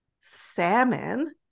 salmon